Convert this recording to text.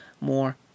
more